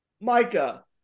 Micah